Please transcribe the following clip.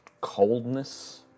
coldness